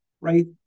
right